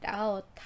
out